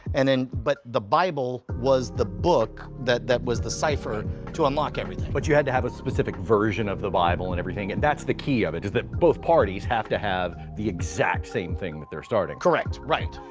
and then but the bible was the book that that was the cipher to unlock everything. jason but you had to have a specific version of the bible and everything, and that's the key of it is that both parties have to have the exact same thing that they're starting from. correct. right.